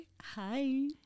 Hi